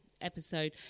episode